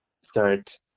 start